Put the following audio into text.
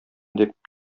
дип